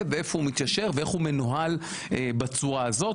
ואיפה הוא מתיישר ואיך הוא מנוהל בצורה הזאת,